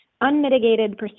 unmitigated